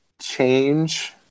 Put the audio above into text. change